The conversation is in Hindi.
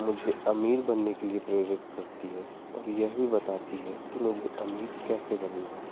मुझे अमीर बनने के लिए प्रेरित करती है और यही बताती है कि मुझे अमीर कैसे बनना है